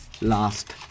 last